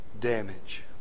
damage